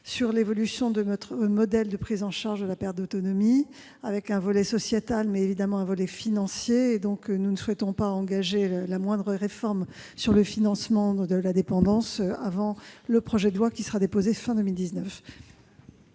sur l'évolution de notre modèle de prise en charge de la perte d'autonomie, avec un volet sociétal, mais aussi, évidemment, un volet financier. Nous ne souhaitons donc pas engager la moindre réforme du financement de la dépendance avant le projet de loi qui sera déposé sur ce